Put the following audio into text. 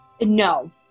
No